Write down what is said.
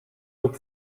ook